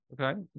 Okay